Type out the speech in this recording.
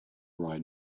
ride